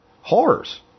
Horrors